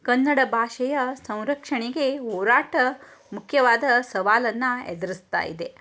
ಕನ್ನಡ ಭಾಷೆಯ ಸಂರಕ್ಷಣೆಗೆ ಹೋರಾಟ ಮುಖ್ಯವಾದ ಸವಾಲನ್ನ ಎದುರಿಸ್ತಾ ಇದೆ